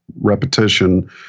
repetition